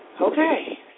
Okay